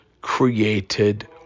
created